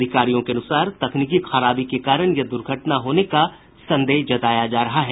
अधिकारियों के अनुसार तकनीकी खराबी के कारण यह दूर्घटना होने का संदेह जताया जा रहा है